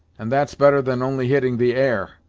and that's better than only hitting the air!